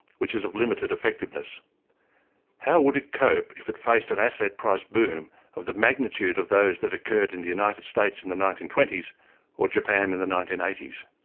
which is of limited effectiveness how would it cope if it faced an asset price boom of the magnitude of those that occurred in the united states in the nineteen twenty s or japan in the nineteen eighty s?